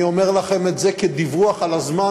אני אומר לכם את זה כדיווח על הזמן